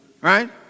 right